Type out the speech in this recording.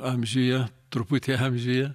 amžiuje truputį amžiuje